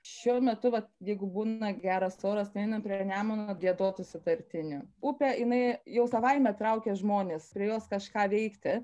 šiuo metu vat jeigu būna geras oras einam prie nemuno giedoti sutartinių upė jinai jau savaime traukia žmones prie jos kažką veikti